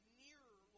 nearer